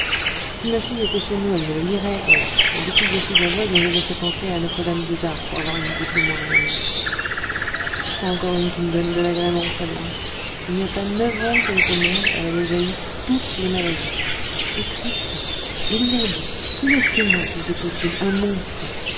si ma fille était chez nous elle me les lirait elle mais depuis que je suis aveugle je l'ai fait entrer à notre dame des arts pour avoir une bouche de moins à nourrir encore une qui me donne de l'agrément celle-là il n'y a pas neuf ans qu'elle est au monde elle a déjà eu toutes les maladies et triste et laide plus laide que moi si c'est possible un monstre